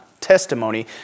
testimony